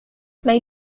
may